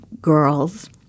girls